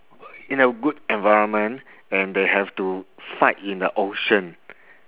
in a good environment and they have to fight in a ocean